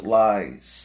lies